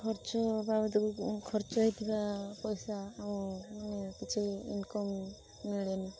ଖର୍ଚ୍ଚ ବାବଦ କୁ ଖର୍ଚ୍ଚ ହେଇଥିବା ପଇସା ଆଉ କିଛି ଇନକମ ମିଳେନି